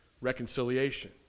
reconciliation